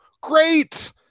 great